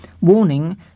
warning